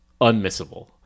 Unmissable